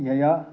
यया